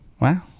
Wow